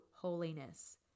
holiness